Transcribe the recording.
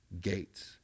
gates